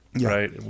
right